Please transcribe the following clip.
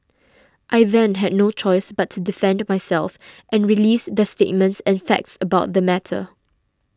I then had no choice but to defend myself and release the statements and facts about the matter